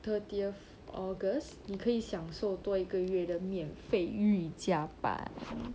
thirtieth august 你可以享受多一个月的免费瑜伽班